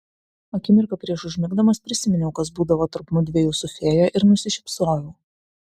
akimirką prieš užmigdamas prisiminiau kas būdavo tarp mudviejų su fėja ir nusišypsojau